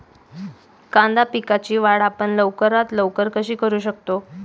कांदा पिकाची वाढ आपण लवकरात लवकर कशी करू शकतो?